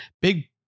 Big